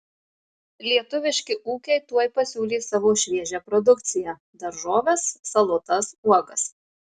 lietuviški ūkiai tuoj pasiūlys savo šviežią produkciją daržoves salotas uogas